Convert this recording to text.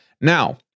Now